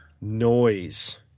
Noise